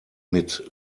mit